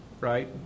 right